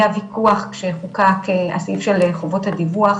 היה וויכוח כשחוקק הסעיף של חובות הדיווח,